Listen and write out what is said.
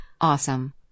Awesome